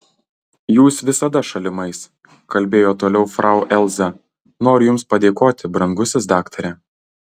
jūs visada šalimais kalbėjo toliau frau elza noriu jums padėkoti brangusis daktare